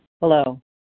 Hello